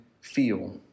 feel